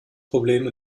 problem